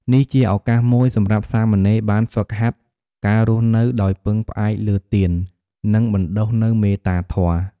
នេះជាឱកាសមួយសម្រាប់សាមណេរបានហ្វឹកហាត់ការរស់នៅដោយពឹងផ្អែកលើទាន និងបណ្ដុះនូវមេត្តាធម៌។